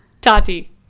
tati